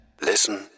Listen